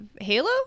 Halo